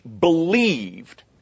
believed